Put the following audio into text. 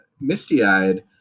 misty-eyed